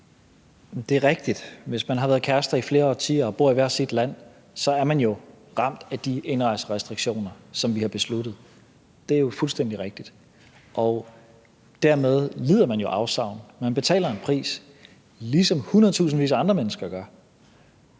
Det er rigtigt, at hvis man har været kærester i flere årtier og bor i hvert sit land, er man jo ramt af de indrejserestriktioner, som vi har besluttet. Det er jo fuldstændig rigtigt. Og dermed lider man jo afsavn; man betaler en pris, ligesom hundredtusindvis af andre mennesker gør.